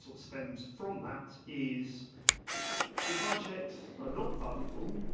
so stems from that is if our checks are not valuable,